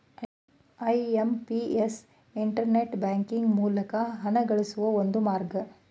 IMPS internet banking ಮೂಲಕ ಹಣಗಳಿಸುವ ಒಂದು ಮಾರ್ಗ